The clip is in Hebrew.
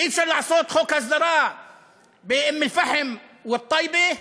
אי-אפשר לעשות חוק הסדרה באום-אלפחם ובטייבה?